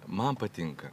man patinka